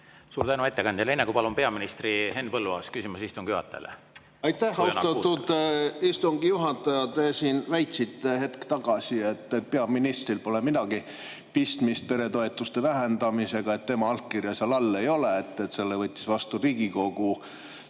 Suur tänu ettekandjale! Enne kui palun [vastama] peaministri, on Henn Põlluaasal küsimus istungi juhatajale. Aitäh, austatud istungi juhataja! Te väitsite hetk tagasi, et peaministril pole midagi pistmist peretoetuste vähendamisega, et tema allkirja seal all ei ole, et selle võttis vastu Riigikogu.